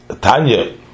Tanya